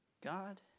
God